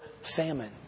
famine